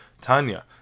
Tanya